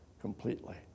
completely